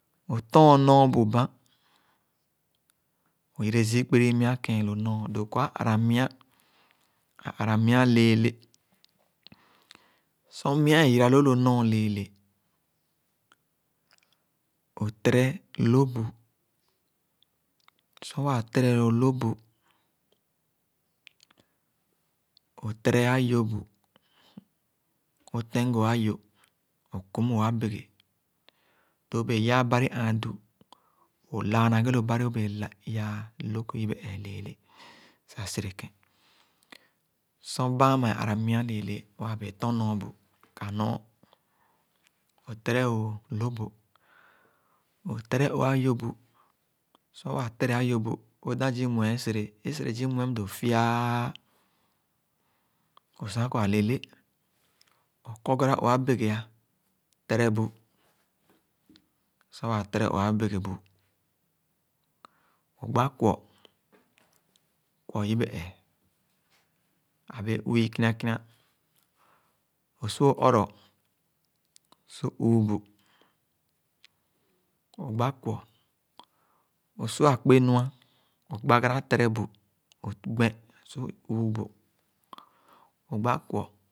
O-tõn õ nɔɔ bu bãn, õ-yere gii kpiri mya keen lo nɔɔ dõõ kɔr ã ara-mya, ara-mya lẽẽlè. Sor mya è yira loo lo nɔɔ lẽẽlẽ, o-tere lob bu, sor waa tere lo ayoh bu õ-tene lo agoh, õ-kuni õ-abege. Lo õ-bee yãã bari ãã du õ-lãã na ghe lo bari, o-bee yãã a, log yibe èè lẽẽle sah, sere kẽn Sor bãn ãmã è aramya lèède, wãã bèé tɔn nɔɔ bu, ka nɔɔ õ-lere õ lõh, bu õ tere ayoh bu. Sor wãa tere ayoh bu, õ dã zii mue è sere è sere zii mue dõõ fi ãã, õ sua kɔr a-lele. O kɔgara lo abege a tere bu, sar waa tere lo abege bu, õ-gba kwɔ, kwɔ yibe ẽẽ, a bee uwi ikina kina. O su õ ɔrɔ su üübu, õgba kwɔ. O su akpenu-ã, õ gbagara tere bu, õ gbera su üü bu, ogba kwɔ.